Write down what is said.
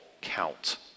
count